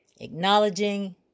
acknowledging